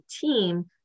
team